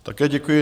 Také děkuji.